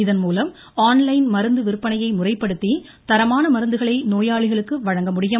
இதன்மூலம் online மருந்து விற்பனையை முறைப்படுத்தி தரமான மருந்துகளை நோயாளிகளுக்கு வழங்க முடியும்